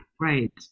right